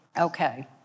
Okay